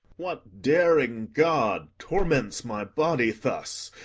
what daring god torments my body thus,